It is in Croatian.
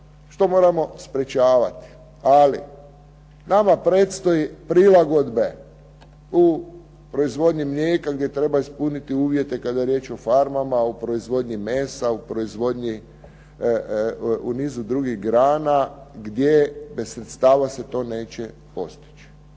što moramo sprečavati. Ali nama predstoji prilagodbe u proizvodnji mlijeka kada treba ispuniti uvjete kada je riječ o farmama, o proizvodnji mesa, o proizvodnji u nizu drugih grana gdje bez sredstava se to neće postići.